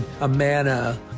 Amana